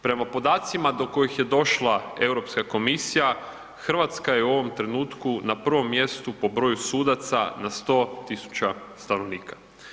Prema podacima do kojih je došla EU komisija, Hrvatska je u ovom trenutku na prvom mjestu po broju sudaca na 100 tisuća stanovnika.